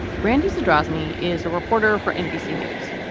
brandi's redraws ni is a reporter for nbc news.